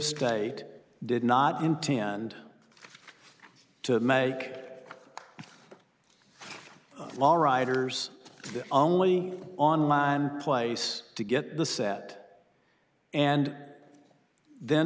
state did not intend to make low riders the only online place to get the set and then